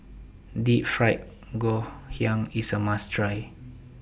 Deep Fried Ngoh Hiang IS A must Try